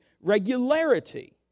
regularity